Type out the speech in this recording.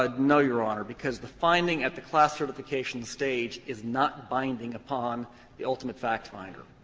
ah no, your honor, because the finding at the class certification stage is not binding upon the ultimate fact finder.